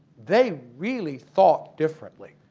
they really thought differently.